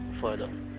further